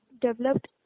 developed